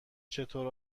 چطور